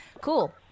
Cool